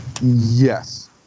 Yes